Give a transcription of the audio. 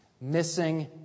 Missing